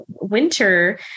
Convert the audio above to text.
winter